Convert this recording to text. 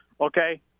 Okay